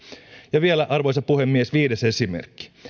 ja vielä arvoisa puhemies viides esimerkki